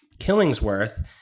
Killingsworth